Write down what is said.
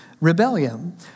rebellion